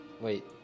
Wait